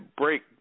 break